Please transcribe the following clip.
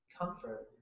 comfort